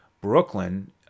Brooklyn